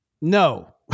no